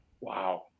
wow